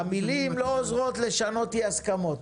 המילים לא עוזרות לשנות אי-הסכמות.